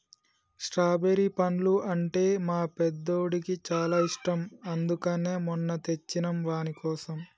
strawberry పండ్లు అంటే మా పెద్దోడికి చాలా ఇష్టం అందుకనే మొన్న తెచ్చినం వానికోసం